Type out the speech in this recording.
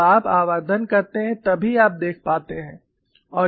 जब आप आवर्धन करते हैं तभी आप देख पाते हैं